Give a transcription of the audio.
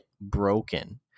broken